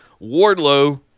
Wardlow